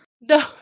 No